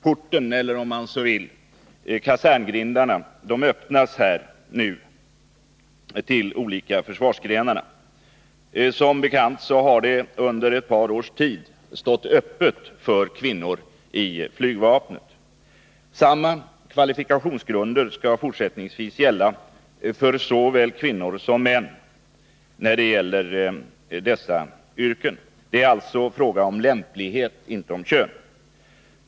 Porten — eller om man så vill kaserngrindarna — öppnas nu till de olika försvarsgrenarna. Som bekant har de under ett par års tid stått öppna för kvinnor till flygvapnet. Samma kvalifikationsgrunder skall fortsättningsvis gälla för såväl kvinnor som män beträffande dessa yrken. Det är alltså fråga om lämplighet, inte om kön.